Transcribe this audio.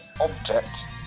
object